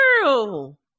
girl